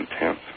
intense